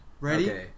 Ready